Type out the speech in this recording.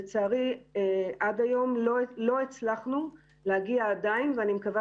לצערי עד היום לא הצלחנו להגיע עדיין ואני מקווה